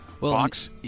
box